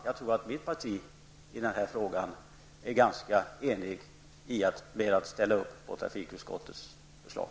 Jag tror att man i mitt parti ganska enigt ställer upp på trafikutskottets förslag.